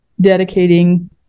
dedicating